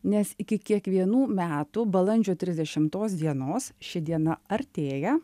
nes iki kiekvienų metų balandžio trisdešimtos dienos ši diena artėja